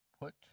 put